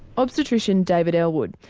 obstetrician david ellwood,